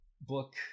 book